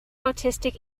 autistic